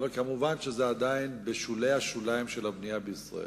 אבל כמובן זה עדיין בשולי השוליים של הבנייה בישראל.